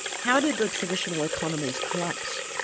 how did the traditional economies collapse?